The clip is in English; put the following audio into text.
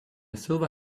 silver